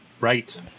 Right